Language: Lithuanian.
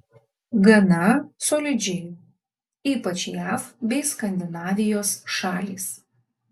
gana solidžiai ypač jav bei skandinavijos šalys